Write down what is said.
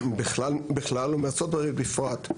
ומארה"ב בפרט,